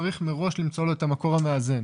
צריך מראש למצוא לו את המקור המאזן.